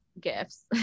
gifts